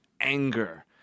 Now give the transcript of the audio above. anger